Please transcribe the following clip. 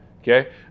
okay